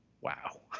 Wow